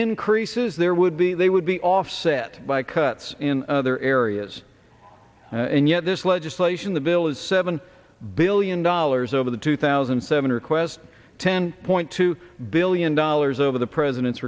increases there would be they would be offset by cuts in other areas and yet legislation the bill is seven billion dollars over the two thousand and seven request ten point two billion dollars over the president's